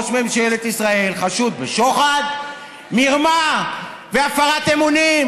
או שאתם מרכינים ואומרים: משטרת ישראל הודיעה,